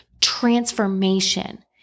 transformation